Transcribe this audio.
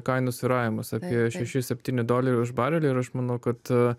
kainos svyravimus apie šeši septyni doleriai už barelį ir aš manau kad